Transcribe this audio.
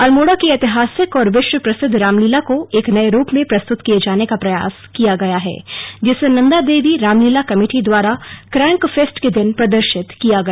अल्मोड़ा की ऐतिहासिक और विश्व प्रसिद्ध रामलीला को एक नये रूप में प्रस्तुत किये जाने का प्रयास किया गया है जिसे नन्दादेवी रामलीला कमेटी द्वारा क्रैंक फेस्ट के दिन प्रदर्शित किया गया